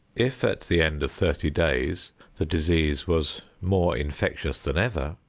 if at the end of thirty days the disease was more infectious than ever,